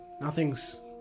nothing's